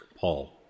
Paul